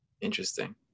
Interesting